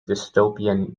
dystopian